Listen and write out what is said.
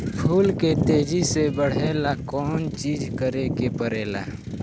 फूल के तेजी से बढ़े ला कौन चिज करे के परेला?